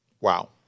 Wow